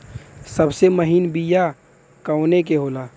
सबसे महीन बिया कवने के होला?